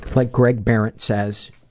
like greg behrendt says,